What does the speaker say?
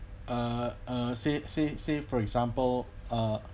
uh uh say say say for example uh